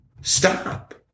stop